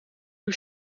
uur